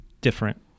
different